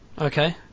Okay